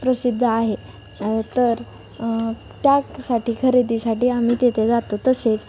प्रसिद्ध आहे तर त्या साठी खरेदीसाठी आम्ही तेथे जातो तसेच